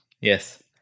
Yes